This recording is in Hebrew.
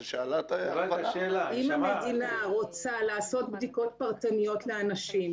אם המדינה רוצה לעשות בדיקות פרטניות לאנשים,